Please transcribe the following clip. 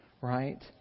right